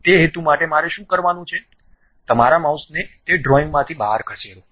તે હેતુ માટે મારે શું કરવાનું છે તમારા માઉસને તે ચિત્રમાંથી બહાર ખસેડો